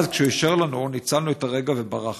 אז כשהוא אישר לנו ניצלנו את הרגע וברחנו.